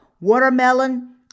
watermelon